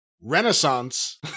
renaissance